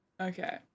okay